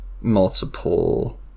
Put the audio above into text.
multiple